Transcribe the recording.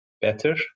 better